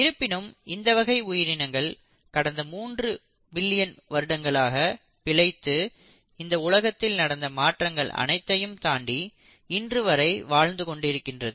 இருப்பினும் இந்த வகை உயிரினங்கள் கடந்த மூன்று பில்லியன் வருடங்களாக பிழைத்து இந்த உலகத்தில் நடந்த மாற்றங்கள் அனைத்தையும் தாண்டி இன்று வரை வாழ்ந்து கொண்டிருக்கிறது